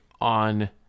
on